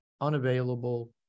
unavailable